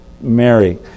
Mary